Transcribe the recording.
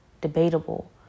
debatable